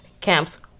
camps